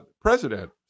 president